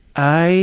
i